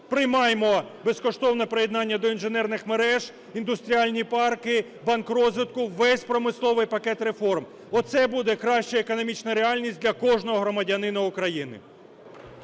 Приймаймо безкоштовне приєднання до інженерних мереж, індустріальні парки, банк розвитку, весь промисловий пакет реформ. Оце буде краща економічна реальність для кожного громадянина України.